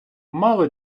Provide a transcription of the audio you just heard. мало